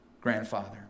grandfather